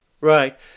Right